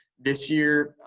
this year,